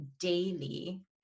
daily